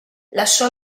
lasciò